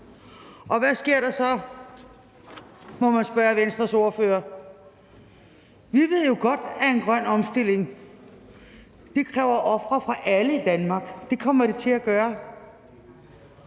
og hvad sker der så? må man spørge Venstres ordfører. Vi ved jo godt, at en grøn omstilling kræver ofre af alle i Danmark – det kommer det til at gøre.